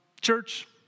Church